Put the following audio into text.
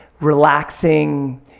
relaxing